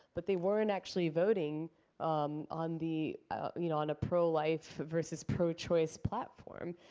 but they weren't actually voting um on the you know on a pro-life versus pro-choice platform.